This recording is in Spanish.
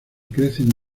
crecen